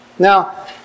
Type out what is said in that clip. Now